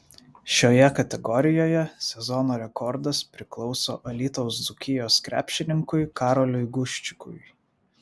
šioje kategorijoje sezono rekordas priklauso alytaus dzūkijos krepšininkui karoliui guščikui